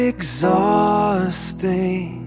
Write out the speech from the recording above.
Exhausting